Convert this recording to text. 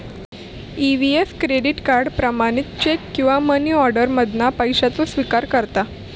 EVS credit card, प्रमाणित cheque किंवा money order मधना पैशाचो स्विकार करता